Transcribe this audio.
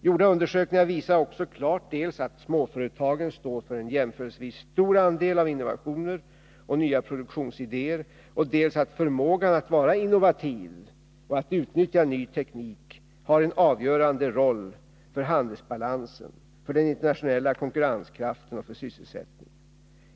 Gjorda undersökningar visar också klart dels att småföretagen står för en jämförelsevis stor andel av innovationer och nya produktionsidéer, dels att förmågan att vara innovativ och att utnyttja ny teknik spelar en avgörande roll för handelsbalansen, för den internationella konkurrenskraften och för sysselsättningen.